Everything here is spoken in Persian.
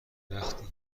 وقتی